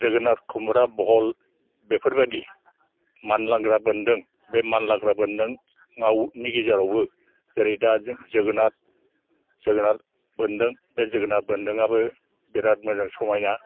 जोगोनार खुमब्रा भल बेफोरबायदि मानलाग्रा बोन्दों बे मानलाग्रा बोन्दोंआव नि गेजेरावबो जेरै दा जों जोगोनार जोगोनार बोन्दों बे जोगोनार बोन्दोंआबो बिराथ मोजां समाइना